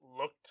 looked